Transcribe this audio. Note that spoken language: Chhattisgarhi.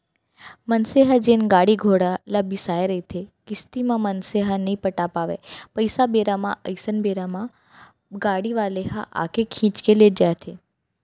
मनसे ह जेन गाड़ी घोड़ा ल बिसाय रहिथे किस्ती म मनसे ह नइ पटा पावय पइसा बेरा म अइसन बेरा म गाड़ी वाले ह आके खींच के लेग जाथे